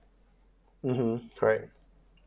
mmhmm correct